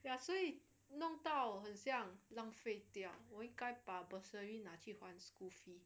ya 所以弄到很像浪费掉我应该把 bursary 那去还 school fee